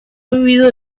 vivido